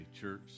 church